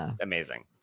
amazing